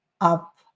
up